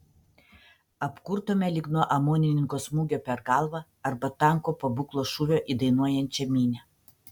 apkurtome lyg nuo omonininko smūgio per galvą arba tanko pabūklo šūvio į dainuojančią minią